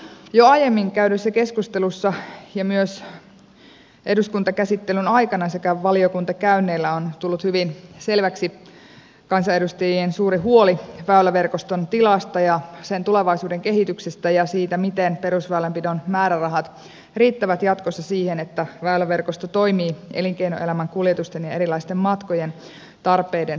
jo aiemmin käydyssä keskustelussa ja myös eduskuntakäsittelyn aikana sekä valiokuntakäynneillä on tullut hyvin selväksi kansanedustajien suuri huoli väyläverkoston tilasta ja sen tulevaisuuden kehityksestä ja siitä miten perusväylänpidon määrärahat riittävät jatkossa siihen että väyläverkosto toimii elinkeinoelämän kuljetusten ja erilaisten matkojen tarpeiden mukaisesti